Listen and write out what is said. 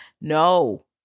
no